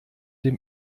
dem